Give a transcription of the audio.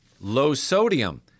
low-sodium